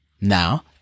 Now